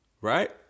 Right